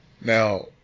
Now